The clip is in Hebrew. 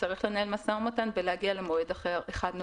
צריך לנהל משא ומתן ולהגיע למועד אחד נוסף.